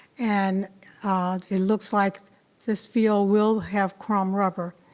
and ah it looks like this field will have chrome rubber.